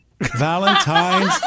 Valentine's